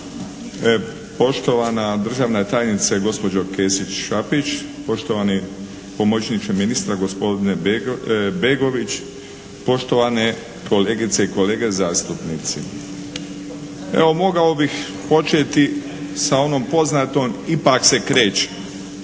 Poštovana državna tajnice gospođo Kesić Šapić, poštovani pomoćniče ministra gospodine Begović, poštovane kolegice i kolege zastupnici. Evo mogao bih početi sa onom poznatom "Ipak se kreće.".